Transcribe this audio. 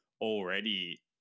already